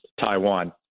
Taiwan